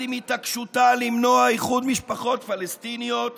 עם התעקשותה למנוע איחוד משפחות פלסטיניות